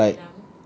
ya lah like